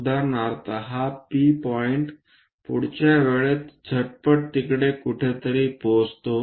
उदाहरणार्थ हा P point पुढची वेळेत झटपट तिकडे कुठेतरी पोचतो